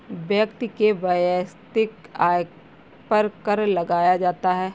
व्यक्ति के वैयक्तिक आय पर कर लगाया जाता है